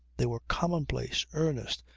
they were commonplace, earnest,